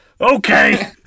Okay